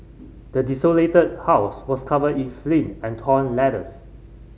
the desolated house was covered in and torn letters